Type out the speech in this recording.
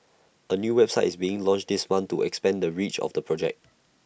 A new website is being launched this month to expand the reach of the project